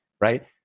right